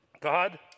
God